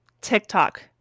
TikTok